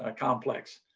ah complex.